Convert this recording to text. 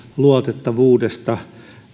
luotettavuudesta